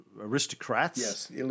aristocrats